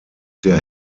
der